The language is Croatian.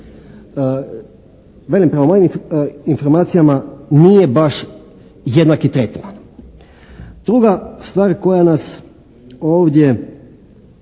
Velim prema mojim informacijama nije baš jednaki tretman. Druga stvar koja nas ovdje